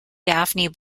daphne